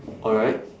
alright